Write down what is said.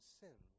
sin